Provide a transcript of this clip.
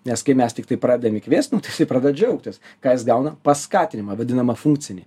nes kai mes tiktai pradedam jį kviest nu tai jisai pradeda džiaugtis ką jis gauna paskatinimą vadinamą funkcinį